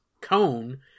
cone